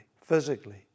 physically